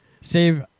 Save